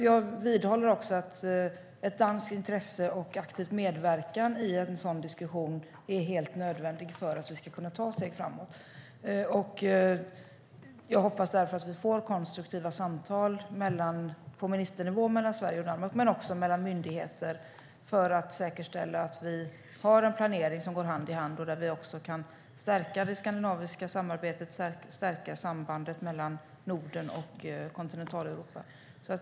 Jag vidhåller att ett danskt intresse och en aktiv medverkan i en sådan diskussion är helt nödvändig för att vi ska kunna ta steg framåt. Jag hoppas därför att vi får konstruktiva samtal på ministernivå mellan Sverige och Danmark, men också mellan myndigheter, för att säkerställa att vi har en planering som går hand i hand och för att stärka det skandinaviska samarbetet och sambandet mellan Norden och Kontinentaleuropa.